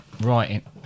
Right